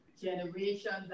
generations